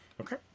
Okay